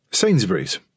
Sainsbury's